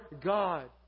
God